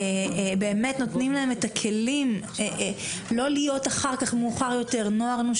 באמת נותנים להם את הכלים של איך לא להיות אחר כך נוער נושר.